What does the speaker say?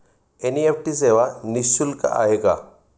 NEFT सेवा निःशुल्क आहे का?